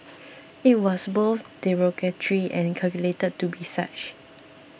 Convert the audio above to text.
it was both derogatory and calculated to be such